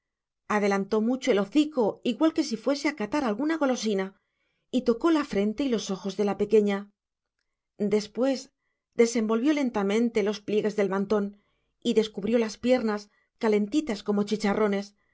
adelantó mucho el hocico igual que si fuese a catar alguna golosina y tocó la frente y los ojos de la pequeña después desenvolvió lentamente los pliegues del mantón y descubrió las piernas calentitas como chicharrones